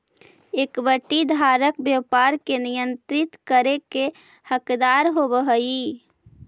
equity धारक व्यापार के नियंत्रित करे के हकदार होवऽ हइ